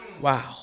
Wow